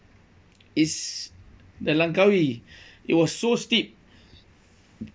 is the langkawi it was so steep